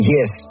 Yes